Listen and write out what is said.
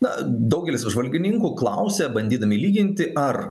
na daugelis apžvalgininkų klausia bandydami lyginti ar